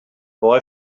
boy